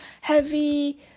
heavy